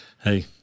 hey